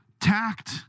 tact